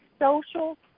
Social